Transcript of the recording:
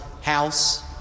house